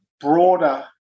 broader